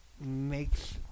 makes